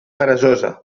peresosa